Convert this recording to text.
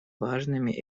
важными